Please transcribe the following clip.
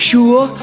Sure